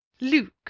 Luke